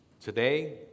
Today